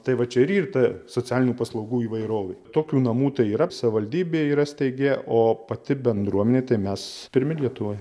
tai va čia ir yr ta socialinių paslaugų įvairovė tokių namų tai yra savivaldybė yra steigę o pati bendruomenė tai mes pirmi lietuvoj